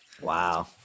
Wow